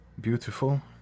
beautiful